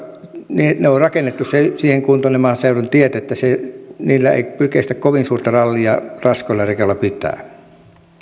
ne maaseudun tiet on rakennettu siihen kuntoon että niillä ei kestä kovin suurta rallia raskailla rekoilla pitää